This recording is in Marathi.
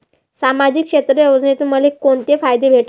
सामाजिक क्षेत्र योजनेतून मले कोंते फायदे भेटन?